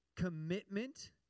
commitment